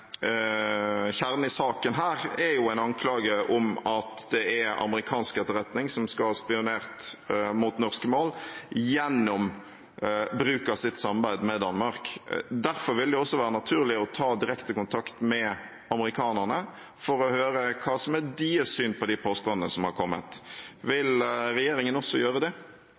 kjernen i saken her, er jo en anklage om at det er amerikansk etterretning som skal ha spionert mot norske mål gjennom bruk av sitt samarbeid med Danmark. Derfor vil det også være naturlig å ta direkte kontakt med amerikanerne for å høre hva som er deres syn på de påstandene som har kommet. Vil regjeringen også gjøre det?